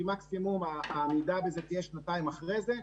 כי מקסימום העמידה בזה תהיה שנתיים אחרי זה,